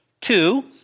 Two